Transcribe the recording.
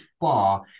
far